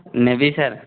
ନେବି ସାର୍